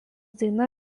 daina